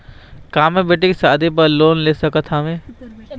का मैं बेटी के शादी बर लोन ले सकत हावे?